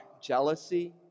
jealousy